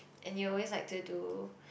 and you always like to do